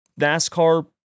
NASCAR